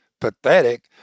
pathetic